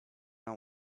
know